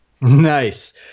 nice